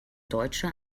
deutsche